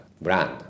brand